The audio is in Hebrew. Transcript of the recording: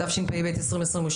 התשפ"ב-2022.